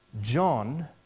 John